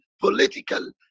political